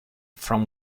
from